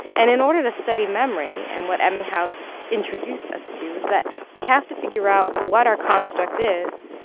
and in order to study memory and what ebbinghaus introduced us to is that we have to figure out what our construct is,